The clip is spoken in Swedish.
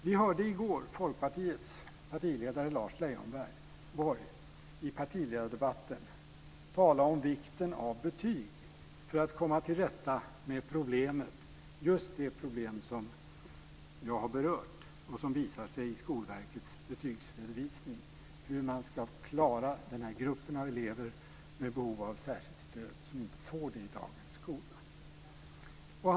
Vi hörde i går Folkpartiets partiledare Lars Leijonborg i partiledardebatten tala om vikten av betyg för att komma till rätta med problemet, just det problem som jag har berört och som visar sig i Skolverkets betygsredovisning, dvs. hur man ska klara den här gruppen av elever med behov av särskilt stöd som inte får det i dagens skola.